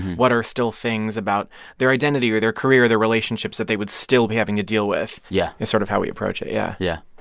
what are still things about their identity or their career or their relationships that they would still be having to deal with? yeah is sort of how we approach it, yeah yeah.